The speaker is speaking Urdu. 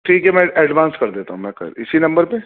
ٹھیک ہے میں ایڈوانس کر دیتا ہوں میں کر اسی نمبر پہ